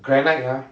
granite ah